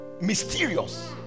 Mysterious